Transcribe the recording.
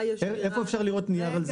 איפה אפשר לראות נייר על זה?